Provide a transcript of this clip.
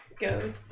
Go